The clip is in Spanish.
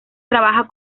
trabaja